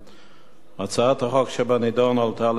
הצעת החוק שבנדון הועלתה לדיון בוועדת